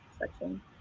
section